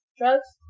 drugs